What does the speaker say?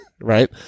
right